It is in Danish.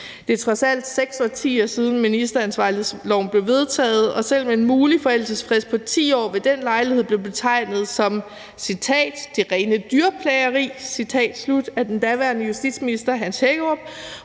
Det er trods alt 6 årtier siden, at ministeransvarlighedsloven blev vedtaget, og selv om en mulig forældelsesfrist på 10 år ved den lejlighed blev betegnet, og jeg citerer, som »det rene dyreplageri« af den daværende justitsminister, hr. Hans Hækkerup,